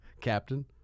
Captain